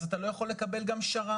אז אתה לא יכול לקבל גם שר"מ.